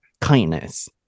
kindness